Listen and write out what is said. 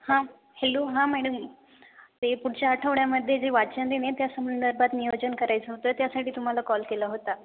हां हॅलो हां मॅडम ते पुढच्या आठवड्यामध्ये जे वाचन आहे ना त्या संदर्भात नियोजन करायचं होतं त्यासाठी तुम्हाला कॉल केला होता